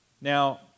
Now